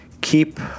Keep